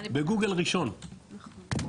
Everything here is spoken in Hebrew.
בגוגל, ראשון.